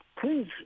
please